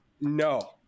No